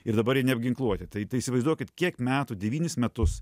ir dabar jie neapginkluoti tai tai įsivaizduokit kiek metų devynis metus